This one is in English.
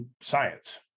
science